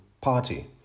party